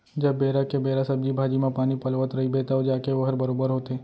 जब बेरा के बेरा सब्जी भाजी म पानी पलोवत रइबे तव जाके वोहर बरोबर होथे